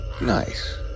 Nice